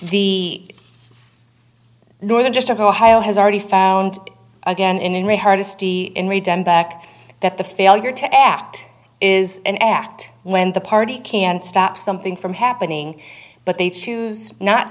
the northern just a who has already found again in regard to read them back that the failure to act is an act when the party can stop something from happening but they choose not